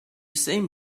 same